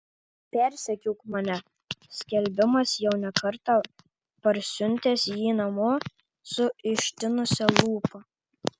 persekiok mane skelbimas jau ne kartą parsiuntęs jį namo su ištinusia lūpa